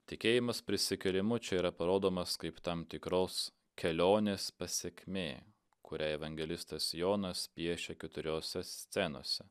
tikėjimas prisikėlimu čia yra parodomas kaip tam tikros kelionės pasekmė kurią evangelistas jonas piešė keturiose scenose